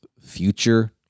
future